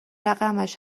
رقمش